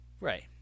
Right